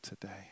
today